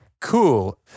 cool